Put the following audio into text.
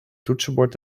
toetsenbord